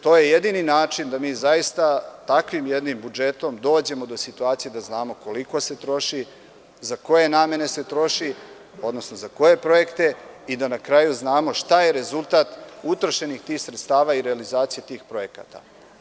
To je jedini način da mi takvim jednim budžetom dođemo do situacije da znamo koliko se troši, za koje namene se troši, odnosno za koje projekte i da na kraju znamo šta je rezultat tih utrošenih sredstava i realizacije tih projekata.